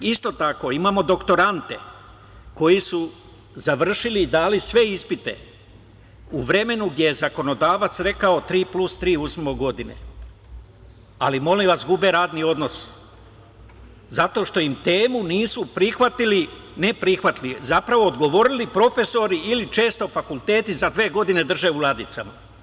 Isto tako, imamo doktorante koji su završili i dali sve ispite u vremenu gde je zakonodavac rekao: „tri plus tri godine“, ali molim vas, gube radni odnos, zato što im temu nisu prihvatili, ne prihvatili, zapravo odgovorili profesori ili često fakulteti za dve godine drže u ladicama.